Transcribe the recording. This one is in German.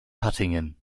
hattingen